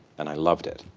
and i loved it